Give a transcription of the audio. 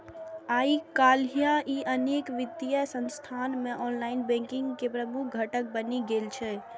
आइकाल्हि ई अनेक वित्तीय संस्थान मे ऑनलाइन बैंकिंग के प्रमुख घटक बनि गेल छै